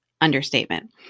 understatement